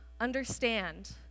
understand